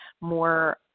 more